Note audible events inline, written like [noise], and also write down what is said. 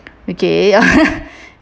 okay [laughs]